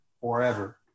forever